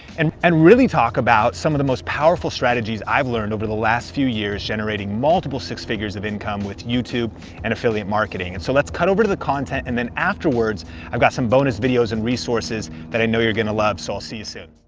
and and really talk about some of the most powerful strategies i've learned over the last few years generating multiple six figures of income with youtube and affiliate marketing. and so let's cut over to the content and then afterwards i've got some bonus videos and resources that i know you're gonna love. so i'll see you soon.